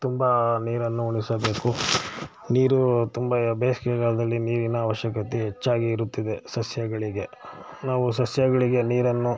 ತುಂಬ ನೀರನ್ನು ಉಣಿಸಬೇಕು ನೀರು ತುಂಬ ಬೇಸಿಗೆಗಾಲದಲ್ಲಿ ನೀರಿನ ಅವಶ್ಯಕತೆ ಹೆಚ್ಚಾಗಿ ಇರುತ್ತಿದೆ ಸಸ್ಯಗಳಿಗೆ ನಾವು ಸಸ್ಯಗಳಿಗೆ ನೀರನ್ನು